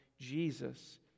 Jesus